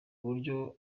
buryo